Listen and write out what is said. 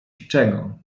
czego